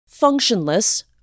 Functionless